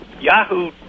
Yahoo